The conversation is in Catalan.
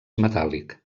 metàl·lic